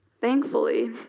thankfully